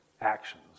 actions